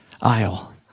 aisle